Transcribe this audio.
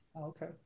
Okay